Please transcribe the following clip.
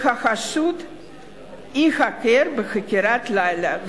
שהחשוד ייחקר בחקירת לילה,